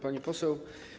Pani Poseł!